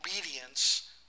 obedience